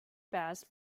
bas